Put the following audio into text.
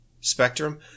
spectrum